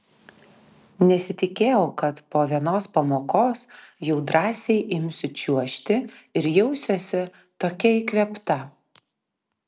nesitikėjau kad po vienos pamokos jau drąsiai imsiu čiuožti ir jausiuosi tokia įkvėpta